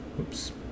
oops